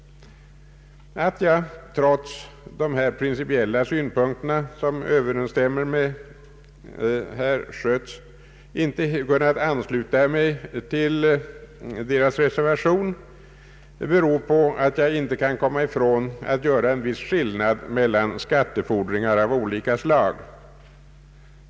Att jag trots dessa principiella synpunkter, som överensstämmer med herr Schötts, inte kunnat ansluta mig helt till hans reservation, beror på att jag inte kan komma ifrån att man bör göra en viss skillnad mellan skattefordringar av olika slag.